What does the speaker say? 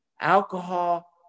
alcohol